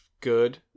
good